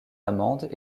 amandes